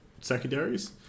secondaries